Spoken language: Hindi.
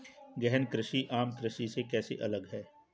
गहन कृषि आम कृषि से कैसे अलग है?